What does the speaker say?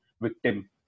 victim